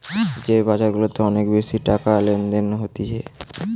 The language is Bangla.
যে বাজার গুলাতে অনেক বেশি টাকার লেনদেন হতিছে